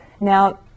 Now